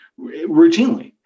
routinely